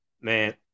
Man